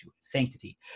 sanctity